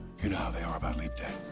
you know how they are about leap day.